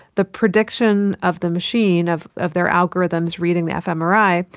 the prediction of the machine, of of their algorithms reading the fmri,